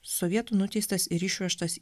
sovietų nuteistas ir išvežtas